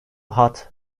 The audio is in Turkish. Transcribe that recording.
hat